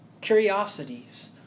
curiosities